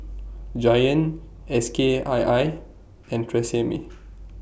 Giant SK I I and Tresemme